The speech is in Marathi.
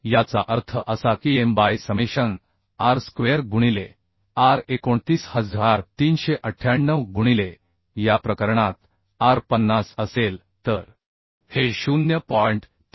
याचा अर्थ असा की m by summation r square गुणिले r 29398 गुणिले या प्रकरणात r 50 असेल तर हे 0